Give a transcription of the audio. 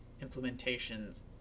implementations